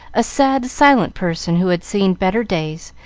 a sad, silent person, who had seen better days,